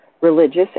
religious